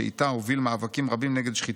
שאיתה הוביל מאבקים רבים נגד שחיתות.